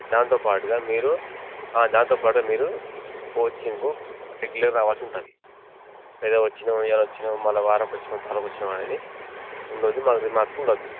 దాంతో పాటుగా మీరు దాంతో పాటుగా మీరు కోచింగు రెగ్యులర్ రావాల్సి ఉంటుంది ఏదో వచ్చినాం ఇవాళ వచ్చినాం మరల వారం పారం వచ్చినాం అనేది ఉండద్దు మాకు రిమార్క్ ఉండద్దు